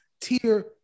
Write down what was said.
tier